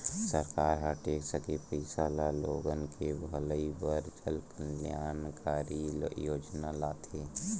सरकार ह टेक्स के पइसा ल लोगन के भलई बर जनकल्यानकारी योजना लाथे